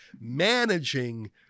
managing